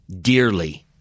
dearly